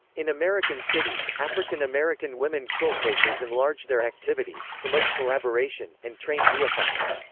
in american cities, african american women quiltmakers enlarged their activities, promote collaboration, and trained neophytes.